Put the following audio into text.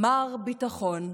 "מר ביטחון",